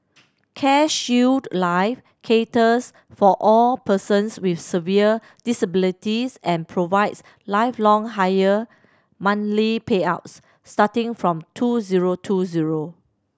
CareShield Life caters for all persons with severe disabilities and provides lifelong higher monthly payouts starting from two zero two zero